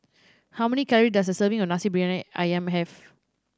how many calory does a serving of Nasi Briyani Ayam have